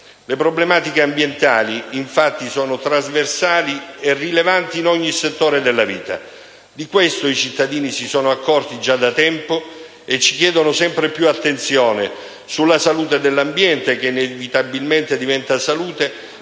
Le problematiche ambientali , infatti sono trasversali e rilevanti in ogni settore della vita. Di questo i cittadini si sono accorti già da tempo e ci chiedono di prestare sempre più attenzione alla salute dell'ambiente, che inevitabilmente diventa salute